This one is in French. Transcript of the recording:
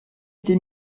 été